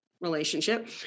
relationship